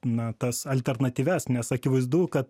na tas alternatyvias nes akivaizdu kad